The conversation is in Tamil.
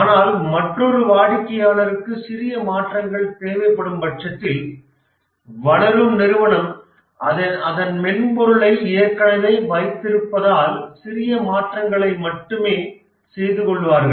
ஆனால் மற்றொரு வாடிக்கையாளருக்கு சிறிய மாற்றங்கள் தேவைப்படும்பட்ச்சத்தில் வளரும் நிறுவனம் அதன் மென்பொருளை ஏற்கனவே வைத்திருப்பதால் சிறிய மாற்றங்களை மட்டுமே செய்து கொள்வார்கள்